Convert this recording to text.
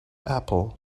apple